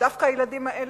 דווקא הילדים האלה,